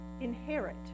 inherit